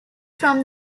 from